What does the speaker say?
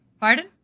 Pardon